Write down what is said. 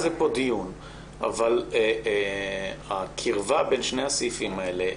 גם על הדיון הזה וגם על העיסוק המתמיד בנושא הזה.